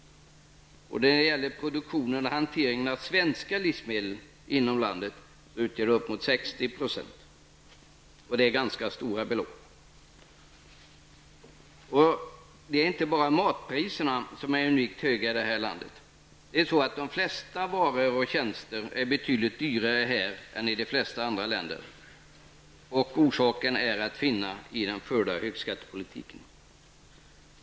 När det gäller produktion och hantering av svenska livsmedel inom landet är andelen 60 %. Det blir ganska stora belopp. Inte bara matpriserna är unikt höga i detta land. De flesta varor och tjänster är betydligt dyrare här än i de flesta andra länder. Orsaken är att finna i den förda högskattepolitiken.